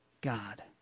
God